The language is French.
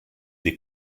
des